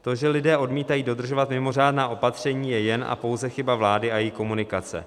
To, že lidé odmítají dodržovat mimořádná opatření, je jen a pouze chyba vlády a její komunikace.